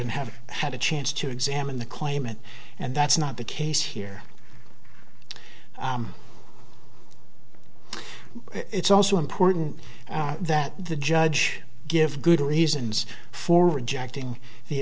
and have had a chance to examine the claimant and that's not the case here it's also important that the judge give good reasons for rejecting the